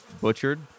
butchered